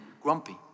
grumpy